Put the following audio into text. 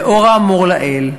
לאור האמור לעיל,